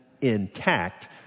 intact